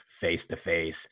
face-to-face